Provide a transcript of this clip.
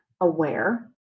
aware